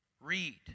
Read